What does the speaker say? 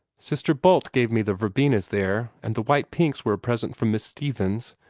sister bult gave me the verbenas, there, and the white pinks were a present from miss stevens.